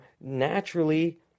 naturally